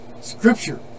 Scripture